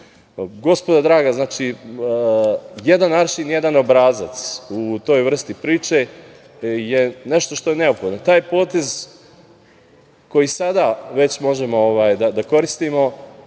draga, jedan aršin - jedan obrazac, u toj vrsti priče je nešto što je neophodno. Taj potez koji sada već možemo da koristimo